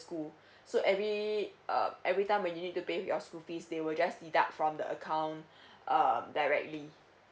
school so every uh every time when you need to pay your school fees they will just deduct from the account um directly